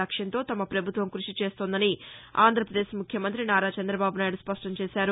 లక్ష్యంతో తమ పభుత్వం కృషి చేస్తోందని ఆంధ్రపదేశ్ ముఖ్యమంత్రి నారా చంద్రబాబు నాయుడు స్పష్టం చేశారు